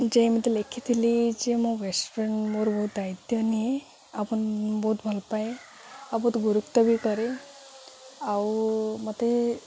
ଯେ ଏମିତି ଲେଖିଥିଲି ଯେ ମୋ ବେଷ୍ଟ ଫ୍ରେଣ୍ଡ ମୋର ବହୁତ ଦାୟିତ୍ୱ ନିଏ ଆଉ ବହୁତ ଭଲ ପାଏ ଆଉ ବହୁତ ଗୁରୁତ୍ୱ ବି କରେ ଆଉ ମୋତେ